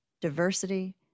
diversity